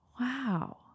Wow